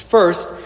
First